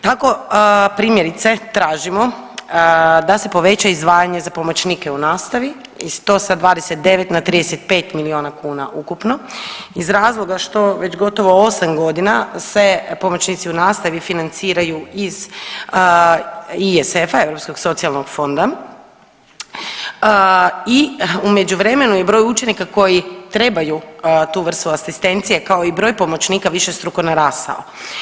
Tako primjerice tražimo da se poveća izdvajanje za pomoćnike u nastavi i to sa 29 na 35 miliona kuna ukupno iz razloga što već gotovo 8 godina se pomoćnici u nastavi financiraju iz ESF-a Europskog socijalnog fonda i u međuvremenu je broj učenika koji trebaju tu vrstu asistencije kao i broj pomoćnika višestruko narastao.